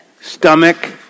Stomach